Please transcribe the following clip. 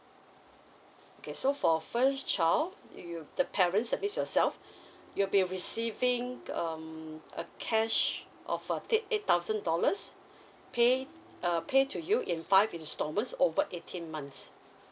okay so for first child you the parents that means yourself you'll be receiving um a cash of a th~ eight thousand dollars pay uh pay to you in five installments over eighteen months